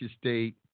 state